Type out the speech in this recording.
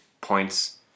points